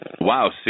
Wow